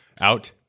out